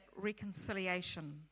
reconciliation